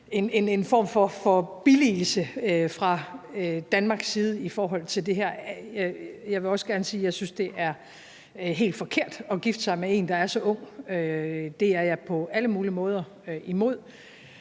en form for billigelse fra Danmarks side i forhold til det her. Jeg vil også gerne sige, at jeg synes, det er helt forkert at gifte sig med en, der er så ung. Det er jeg på alle mulige måder imod.